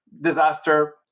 disaster